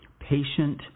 patient